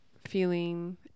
feeling